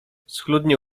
schludnie